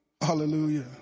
Hallelujah